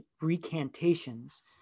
Recantations